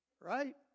Right